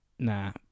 Nah